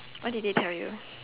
what did they tell you